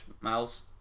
Miles